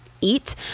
eat